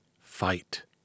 Fight